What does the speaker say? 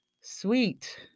Sweet